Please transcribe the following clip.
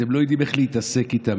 אתם לא יודעים איך להתעסק איתם,